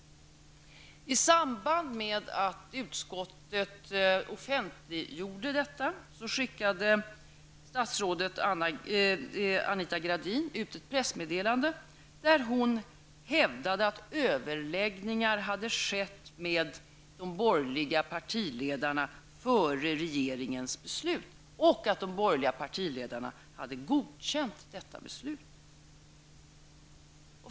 I samband med att utskottet offentliggjorde detta skickade statsrådet Anita Gradin ut ett pressmeddelande där hon hävdade att överläggningar hade skett med de borgerliga partiledarna före regeringens beslut och att de borgerliga partiledarna hade godkänt detta beslut.